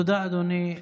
תודה, אדוני.